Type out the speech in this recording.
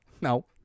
no